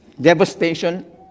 devastation